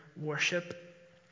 worship